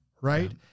right